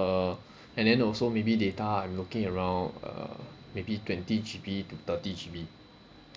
uh and then also maybe data I'm looking around uh maybe twenty G_B to thirty G_B